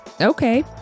Okay